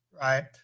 right